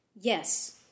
Yes